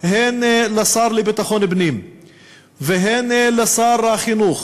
הן לשר לביטחון פנים והן לשר החינוך,